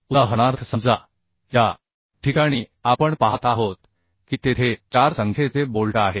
उदाहरणार्थ समजा या ठिकाणी आपण पाहत आहोत की तेथे चार संख्येचे बोल्ट आहेत